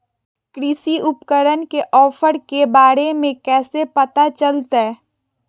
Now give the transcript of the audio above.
कृषि उपकरण के ऑफर के बारे में कैसे पता चलतय?